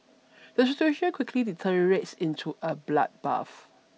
the situation quickly deteriorates into a bloodbath